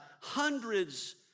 hundreds